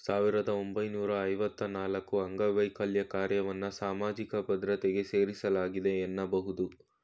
ಸಾವಿರದ ಒಂಬೈನೂರ ಐವತ್ತ ನಾಲ್ಕುಅಂಗವೈಕಲ್ಯ ಕಾರ್ಯಕ್ರಮವನ್ನ ಸಾಮಾಜಿಕ ಭದ್ರತೆಗೆ ಸೇರಿಸಲಾಗಿದೆ ಎನ್ನಬಹುದು